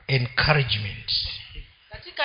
encouragement